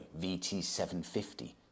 VT750